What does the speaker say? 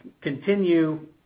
continue